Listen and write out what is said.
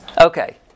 Okay